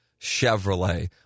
Chevrolet